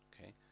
okay